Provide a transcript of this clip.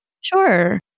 Sure